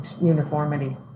uniformity